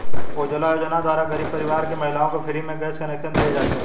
उज्जवला योजना द्वारा गरीब परिवार की महिलाओं को फ्री में गैस कनेक्शन दिए जाते है